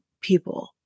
people